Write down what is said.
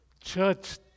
church